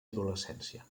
adolescència